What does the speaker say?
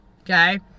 Okay